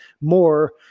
more